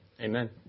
Amen